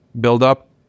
buildup